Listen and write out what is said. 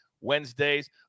Wednesdays